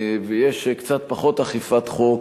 ויש קצת פחות אכיפת חוק,